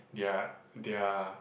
they are they are